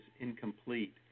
incomplete